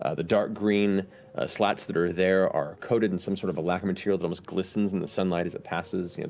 ah the dark green slats that are there, are coated in some sort of a lacquer material that almost glistens in the sunlight as it passes. yeah